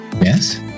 Yes